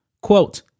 Quote